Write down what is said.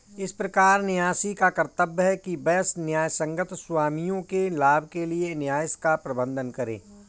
इस प्रकार न्यासी का कर्तव्य है कि वह न्यायसंगत स्वामियों के लाभ के लिए न्यास का प्रबंधन करे